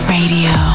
Radio